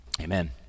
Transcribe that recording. Amen